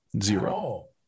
Zero